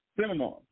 seminar